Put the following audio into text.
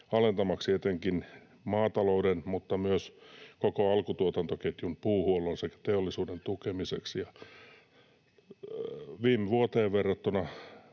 alentamiseksi etenkin maatalouden mutta myös koko alkutuotantoketjun, puuhuollon sekä teollisuuden tukemiseksi.” Viime vuoteen verrattuna